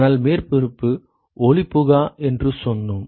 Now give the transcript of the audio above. ஆனால் மேற்பரப்பு ஒளிபுகா என்று சொன்னோம்